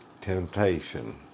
temptation